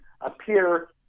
appear